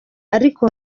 ariko